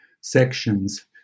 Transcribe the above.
sections